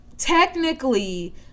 Technically